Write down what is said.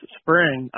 spring